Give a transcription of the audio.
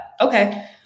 Okay